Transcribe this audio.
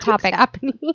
topic